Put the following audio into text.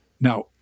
now